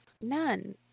none